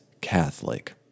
Catholic